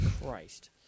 Christ